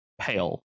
pale